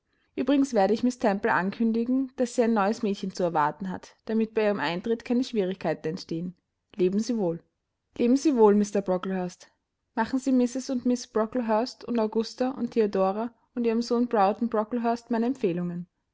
übrigens werde ich miß temple ankündigen daß sie ein neues mädchen zu erwarten hat damit bei ihrem eintritt keine schwierigkeiten entstehen leben sie wohl leben sie wohl mr brocklehurst machen sie mrs und miß brocklehurst und augusta und theodora und ihrem sohn broughton brocklehurst meine empfehlungen